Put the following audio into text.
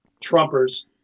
Trumpers